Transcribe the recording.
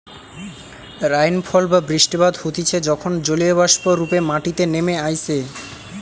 rainfall বা বৃষ্টিপাত হতিছে যখন জলীয়বাষ্প রূপে মাটিতে নেমে আইসে